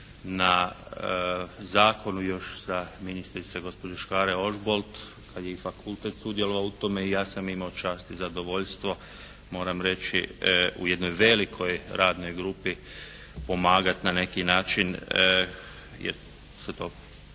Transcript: na zakonu još za ministrice gospođe Škare Ožbolt kad je i fakultet sudjelovao u tome i ja sam imao čast i zadovoljstvo moram reći u jednoj velikoj radnoj grupi pomagati na neki način jer se to